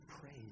praise